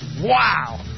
Wow